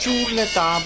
Chuleta